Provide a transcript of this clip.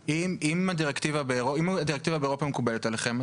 אם הדירקטיבה באירופה מקובלת עליכם,